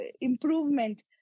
improvement